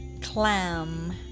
Clam